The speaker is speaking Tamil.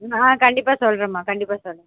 ஆ கண்டிப்பாக சொல்கிறேம்மா கண்டிப்பாக சொல்கிறேன்